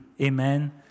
Amen